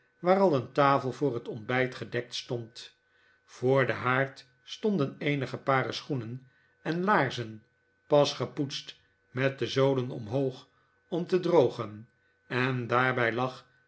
waar al een tafel voor het ontbijt gedekt stond voor den haard stonden eenige paren schoenen en laarzen pas gepoetst met de zolen omhoog om te drogen en daarbij lag